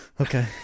Okay